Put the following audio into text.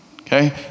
Okay